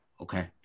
Okay